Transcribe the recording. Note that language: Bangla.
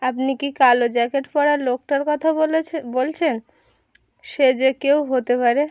আপনি কি কালো জ্যাকেট পরা লোকটার কথা বলছে বলছেন সে যে কেউ হতে পারে